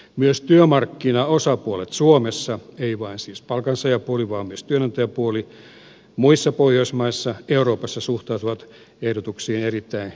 myös työmarkkinaosapuolet ei siis vain palkansaajapuoli vaan myös työnantajapuoli suomessa muissa pohjoismaissa ja euroopassa suhtautuvat ehdotuksiin erittäin kriittisesti